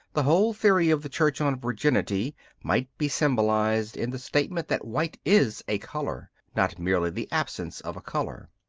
the whole theory of the church on virginity might be symbolized in the statement that white is a colour not merely the absence of a colour.